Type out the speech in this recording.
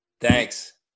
Thanks